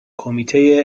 کمیته